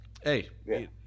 hey